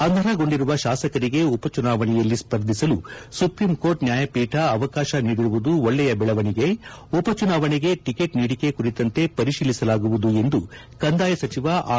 ಅನರ್ಹಗೊಂಡಿರುವ ಶಾಸಕರಿಗೆ ಉಪಚುನಾವಣೆಯಲ್ಲಿ ಸ್ಪರ್ಧಿಸಲು ಸುಪ್ರೀಂಕೋರ್ಟ್ ನ್ಯಾಯಪೀಠ ಅವಕಾಶ ನೀಡಿರುವುದು ಒಳ್ಳೆಯ ಬೆಳವಣಿಗೆ ಉಪಚುನಾವಣೆಗೆ ಟಿಕೆಟ್ ನೀಡಿಕೆ ಕುರಿತಂತೆ ಪರಿಶೀಲಿಸಲಾಗುವುದು ಎಂದು ಕಂದಾಯ ಸಚಿವ ಆರ್